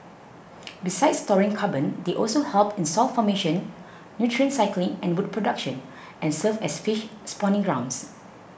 besides storing carbon they also help in soil formation nutrient cycling and wood production and serve as fish spawning grounds